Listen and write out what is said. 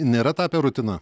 nėra tapę rutina